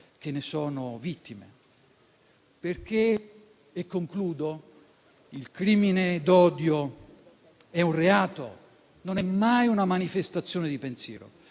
che ne sono vittime. Il crimine d'odio è un reato, non è mai una manifestazione di pensiero.